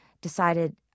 decided